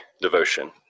devotion